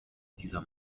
dieser